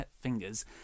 fingers